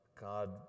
God